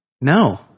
no